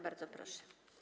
Bardzo proszę.